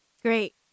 Great